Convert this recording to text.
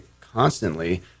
constantly